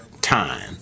time